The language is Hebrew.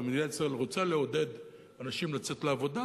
ומדינת ישראל רוצה לעודד אנשים לצאת לעבודה,